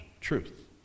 truth